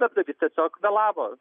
darbdavys tiesiog vėlavo